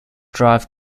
drive